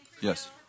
Yes